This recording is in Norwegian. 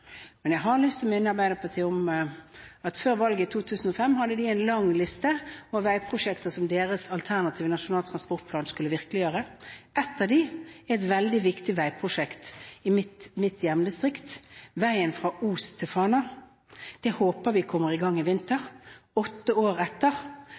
men jeg har lyst til å minne Arbeiderpartiet om at før valget i 2005 hadde de en lang liste over veiprosjekter som deres alternativ til Nasjonal transportplan skulle virkeliggjøre. Ett av dem er et veldig viktig veiprosjekt i mitt hjemdistrikt – veien fra Os til Fana. Jeg håper vi kommer i gang i